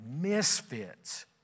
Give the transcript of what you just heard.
misfits